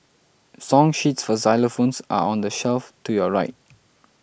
song sheets for xylophones are on the shelf to your right